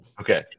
Okay